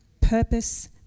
Purpose